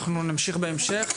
אנחנו נמשיך בהמשך.